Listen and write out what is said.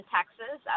Texas